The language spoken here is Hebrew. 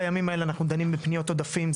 בימים האלה אנחנו דנים בפניות עודפים,